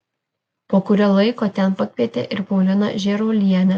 po kurio laiko ten pakvietė ir pauliną žėruolienę